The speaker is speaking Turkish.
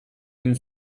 gün